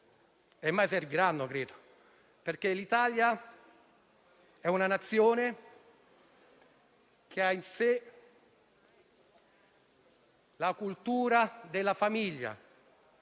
mai serviranno, perché l'Italia è una Nazione che ha in sé la cultura della famiglia.